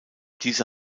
diese